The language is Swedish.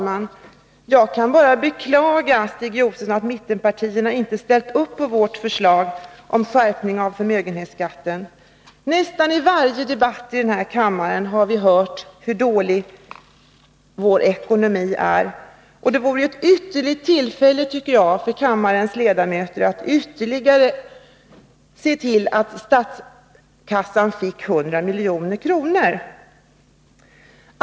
Fru talman! Jag kan bara beklaga, Stig Josefson, att mittenpartierna inte har ställt sig bakom vårt förslag om en skärpning av förmögenhetsbeskattningen. I nästan varje debatt här i kammaren har vi fått höra hur dålig den svenska ekonomin är. Jag tycker att kammaren här har ett ypperligt tillfälle att förstärka statskassan med 100 milj.kr.